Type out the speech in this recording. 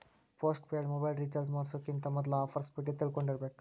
post paid mobile recharge ಮಾಡ್ಸೋಕ್ಕಿಂತ ಮೊದ್ಲಾ offers ಬಗ್ಗೆ ತಿಳ್ಕೊಂಡಿರ್ಬೇಕ್